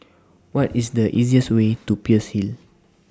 What IS The easiest Way to Peirce Hill